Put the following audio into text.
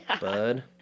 Bud